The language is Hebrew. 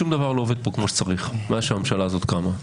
ששום דבר לא עובד פה כמו שצריך מאז שהממשלה הזאת קמה.